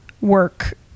work